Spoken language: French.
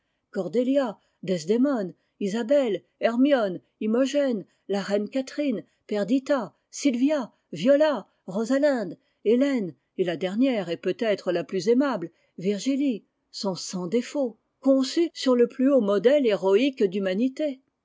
cordelia desdemone isabelle hermione imogène la reine catherine perdita sylvia viola rosalinde hélène et la dernière et peut-être la plus aimable virgilie sont sans défauts conçues sur le plus haut modèle héroïque d'humanité